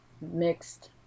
mixed